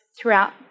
throughout